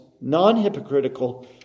non-hypocritical